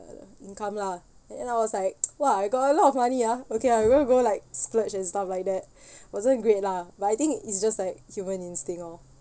income lah then I was like !wah! I got a lot of money ah okay lah I will go like splurge and stuff like that wasn't great lah but I think it's just like human instinct orh